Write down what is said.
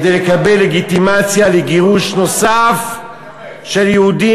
כדי לקבל לגיטימציה לגירוש נוסף של יהודים